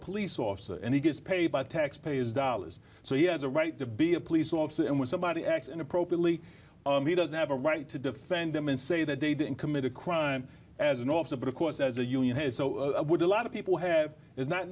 police officer and he gets paid by taxpayers dollars so he has a right to be a police officer and when somebody acts inappropriately he doesn't have a right to defend them and say that they didn't commit a crime as an officer but of course as a union would a lot of people have is not